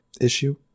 issue